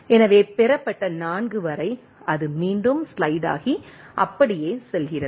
எனவே பெறப்பட்ட 4 வரை அது மீண்டும் ஸ்லைடு ஆகி அப்படியே செல்கிறது